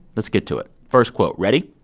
let's get to it. first quote ready?